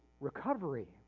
recovery